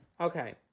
Okay